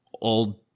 old